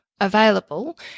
available